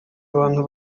abantu